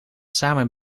samen